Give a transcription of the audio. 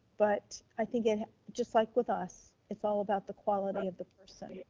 but i think it just like with us, it's all about the quality of the person.